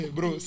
Bro